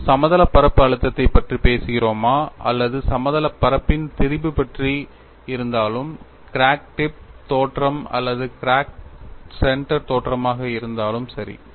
நாம் சமதளப் பரப்பு அழுத்தத்தைப் பற்றி பேசுகிறோமா அல்லது சமதளப் பரப்பு ன் திரிபு பற்றி இருந்தாலும் கிராக் டிப் தோற்றம் அல்லது கிராக் சென்டர் தோற்றமாக இருந்தாலும் சரி